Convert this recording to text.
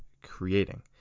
creating